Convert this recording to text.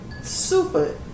super